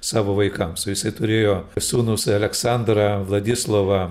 savo vaikams o jisai turėjo sūnus aleksandrą vladislovą